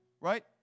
Right